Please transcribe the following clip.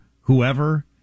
whoever